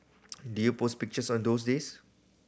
do you post pictures on those days